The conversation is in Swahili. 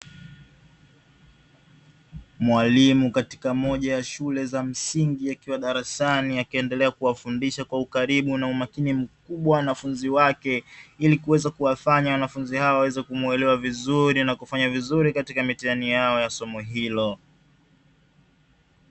Mwalimu katika moja ya shule za msingi, akiwa darasani, akiendelea kuwafundisha kwa ukalimu na umakini mkubwa wanafunzi wake, ili kuweza kuwafanya wanafunzi hawa waweze kumuelewa vizuri na kufanya vizuri katika mitihani yao ya somo hilo.